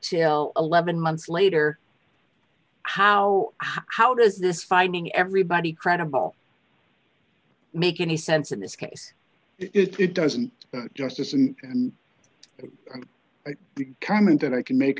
until eleven months later how how does this finding everybody credible make any sense in this case it doesn't justice and it's a comment that i can make